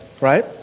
Right